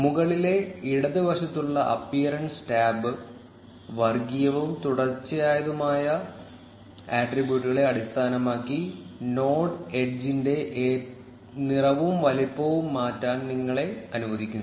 മുകളിലെ ഇടതുവശത്തുള്ള appearance tab വർഗ്ഗീയവും തുടർച്ചയായതുമായ ആട്രിബ്യൂട്ടുകളെ അടിസ്ഥാനമാക്കി നോഡ് എഡ്ജിൻറെ നിറവും വലുപ്പവും മാറ്റാൻ നിങ്ങളെ അനുവദിക്കുന്നു